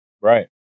Right